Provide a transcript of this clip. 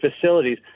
facilities